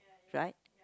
right